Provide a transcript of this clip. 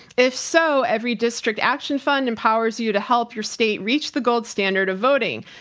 if so, everydistrict action fund empowers you to help your state reach the gold standard of voting.